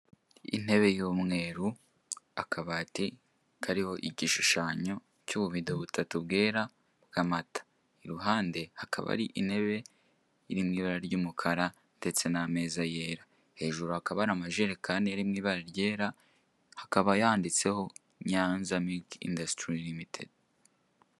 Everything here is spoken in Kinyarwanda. Inebe y'umweru akabati kiriho igishushanyo cy'ubuvido butatu bwera, bw'amata iruhande hakaba hari intebe iri mu ibara ry'umukara ndetse n'ameza yera. Hejuru hakaba hari amjerekani yera akaba yanditseho nyanya indasitiri limitedi.